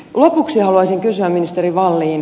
lopuksi haluaisin kysyä ministeri wallin